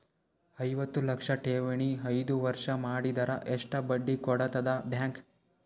ಐವತ್ತು ಲಕ್ಷ ಠೇವಣಿ ಐದು ವರ್ಷ ಮಾಡಿದರ ಎಷ್ಟ ಬಡ್ಡಿ ಕೊಡತದ ಬ್ಯಾಂಕ್?